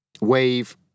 Wave